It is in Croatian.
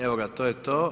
Evo ga, to je to.